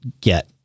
get